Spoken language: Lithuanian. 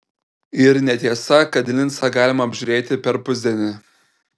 ir netiesa kad lincą galima apžiūrėti per pusdienį